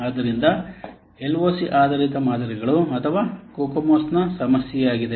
ಆದ್ದರಿಂದ ಇದು L O C ಆಧಾರಿತ ಮಾದರಿಗಳು ಅಥವಾ ಕೊಕೊಮೊಸ್ನ ಸಮಸ್ಯೆಯಾಗಿದೆ